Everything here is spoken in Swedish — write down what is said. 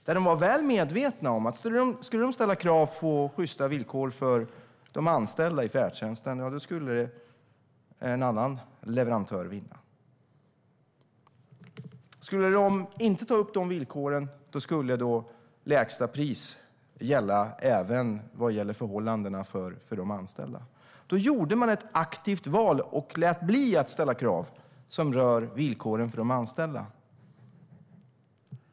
Man var väl medveten om att om man ställde krav på sjysta villkor för de anställda i färdtjänsten, då skulle en annan leverantör vinna. Skulle dessa villkor inte anges skulle lägsta pris gälla även för de anställdas förhållanden. Då gjorde landstinget ett aktivt val och lät bli att ställa krav som rör villkoren för de anställda.